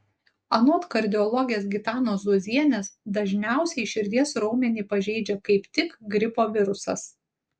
anot kardiologės gitanos zuozienės dažniausiai širdies raumenį pažeidžia kaip tik gripo virusas